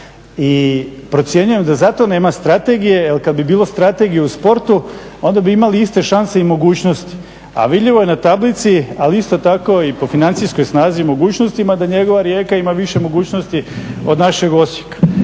I procjenjujem da zato nema strategije, jer kada bi bilo strategije u sportu onda bi imali iste šanse i mogućnosti. A vidljivo je na tablici, ali isto tako i po financijskoj snazi i mogućnostima da njegova Rijeka ima više mogućnosti od našeg Osijeka.